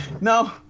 No